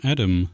Adam